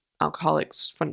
alcoholics